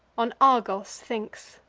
on argos thinks,